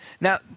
Now